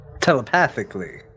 telepathically